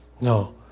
No